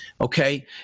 Okay